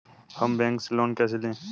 हम बैंक से लोन कैसे लें?